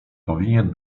powinien